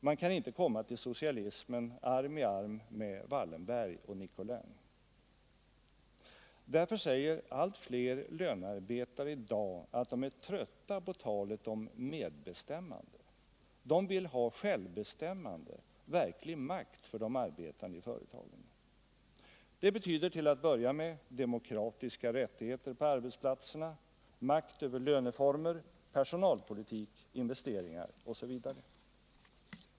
Man kan inte komma till socialismen arm i arm med Wallenberg och Nicolin. Därför säger allt flera lönarbetare i dag att de är trötta på talet om medbestämmande. De vill ha självbestämmande, verklig makt för de arbetande i företagen. Det betyder till att börja med demokratiska rättigheter på arbetsplatserru, makt över löneformer, personalpolitik, investeringar osv.